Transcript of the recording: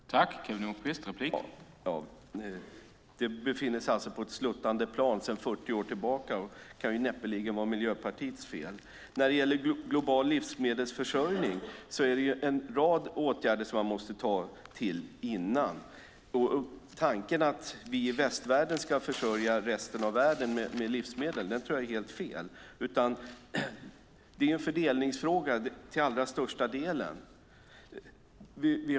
Herr talman! Det befinner sig på ett sluttande plan sedan 40 år tillbaka. Det kan näppeligen vara Miljöpartiets fel. När det gäller global livsmedelsförsörjning är det en rad åtgärder som man måste ta till innan. Tanken att vi i västvärlden ska försörja resten av världen med livsmedel tror jag är helt fel. Det är till allra största delen en fördelningsfråga.